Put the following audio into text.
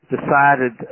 decided